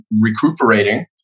recuperating